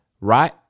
Right